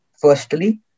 Firstly